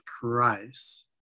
Christ